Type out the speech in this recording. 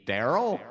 Daryl